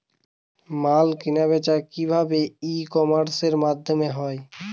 মাল কেনাবেচা কি ভাবে ই কমার্সের মাধ্যমে হয়?